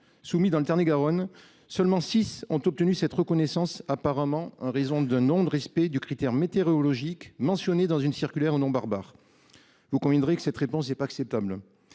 déposés dans le Tarn-et-Garonne, seulement six communes ont obtenu cette reconnaissance, apparemment en raison du non-respect du critère météorologique mentionné dans une circulaire au nom barbare. Vous conviendrez que cette réponse n’est pas acceptable.